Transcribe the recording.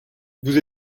vous